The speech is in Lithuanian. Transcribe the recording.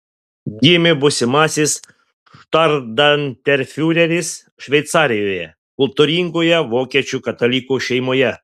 gimė būsimasis štandartenfiureris šveicarijoje kultūringoje vokiečių katalikų šeimoje